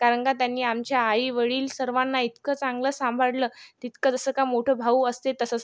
कारण का त्यांनी आमचे आईवडील सर्वाना इतकं चांगलं सांभाळलं इतकं जसं का मोठं भाऊ असतात तसंच